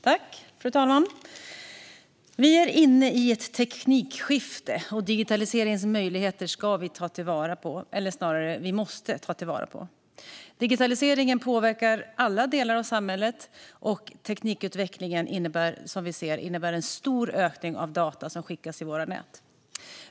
Fru talman! Vi är inne i ett teknikskifte. Digitaliseringens möjligheter ska vi, eller snarare måste vi, ta till vara. Digitaliseringen påverkar alla delar av samhället, och teknikutvecklingen som vi ser innebär en stor ökning av data som skickas i våra nät.